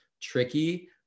tricky